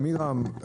עמירם,